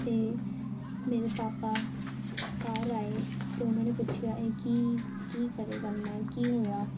ਅਤੇ ਮੇਰੇ ਪਾਪਾ ਘਰ ਆਏ ਅਤੇ ਉਹਨਾਂ ਨੇ ਪੁੱਛਿਆ ਇਹ ਕੀ ਕੀ ਕਰਿਆ ਕਰਨਾ ਕੀ ਹੋਇਆ